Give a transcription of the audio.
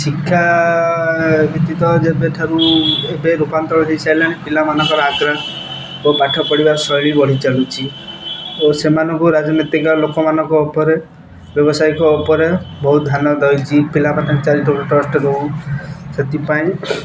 ଶିକ୍ଷା ବ୍ୟତୀତ ଯେବେଠାରୁ ଏବେ ରୂପାନ୍ତର ହେଇସାରିଲାଣି ପିଲାମାନଙ୍କର ଆଗ୍ରହ ଓ ପାଠ ପଢ଼ିବା ଶୈଳୀ ବଢ଼ି ଚାଲୁଛି ଓ ସେମାନଙ୍କୁ ରାଜନୈତିକ ଲୋକମାନଙ୍କ ଉପରେ ବ୍ୟବସାୟିକ ଉପରେ ବହୁତ ଧ୍ୟାନ ଦେଇଛି ପିଲାମାନେ ଚାରିଟେବଲ୍ ଟ୍ରଷ୍ଟ ଦେଉ ସେଥିପାଇଁ